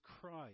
Christ